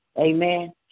amen